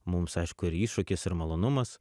mums aišku ir iššūkis ir malonumas